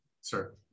Sir